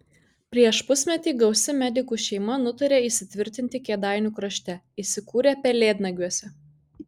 prieš pusmetį gausi medikų šeima nutarė įsitvirtinti kėdainių krašte įsikūrė pelėdnagiuose